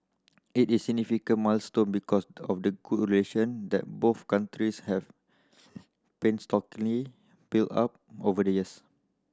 it is significant milestone because of the good relation that both countries have painstakingly built up over the years